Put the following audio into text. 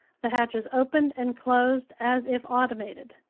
the hatches opened and closed as if automated.